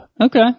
okay